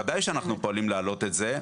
בוודאי שאנחנו פועלים להעלות את זה.